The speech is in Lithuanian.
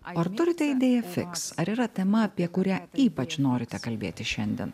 ar turite idėją fiks ar yra tema apie kurią ypač norite kalbėti šiandien